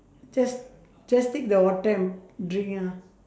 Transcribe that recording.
just just take the water and drink ah